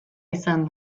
izan